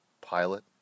pilot